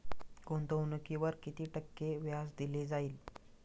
गुंतवणुकीवर किती टक्के व्याज दिले जाईल?